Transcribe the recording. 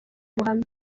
ubuhamya